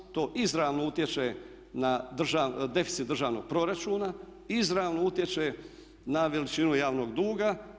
To izravno utječe na deficit državnog proračuna, izravno utječe na veličinu javnog duga.